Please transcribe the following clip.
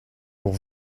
pour